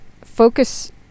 focus